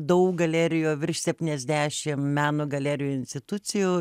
daug galerijų virš septyniasdešim meno galerijų institucijų